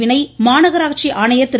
வினய் மாநகராட்சி ஆணையர் திரு